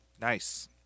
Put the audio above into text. Nice